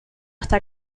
esta